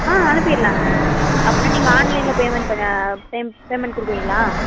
ஆ அனுப்பிடலாம்ங்க அப்படினா நீங்கள் ஆன்லைனில் பேமெண்ட் பண்ண பேமெண்ட் பேமெண்ட் கொடுக்குறீங்களா